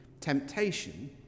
temptation